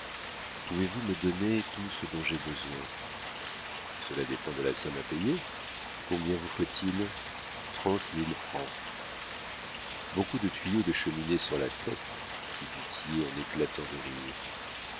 pouvez-vous me donner tout ce dont j'ai besoin cela dépend de la somme à payer combien vous faut-il trente mille francs beaucoup de tuyaux de cheminées sur la tête fit du tillet en éclatant de rire